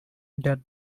that